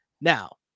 now